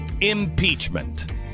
impeachment